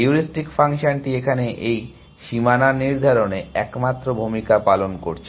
heuristic ফাংশনটি এখানে এই সীমানা নির্ধারণে একমাত্র ভূমিকা পালন করছে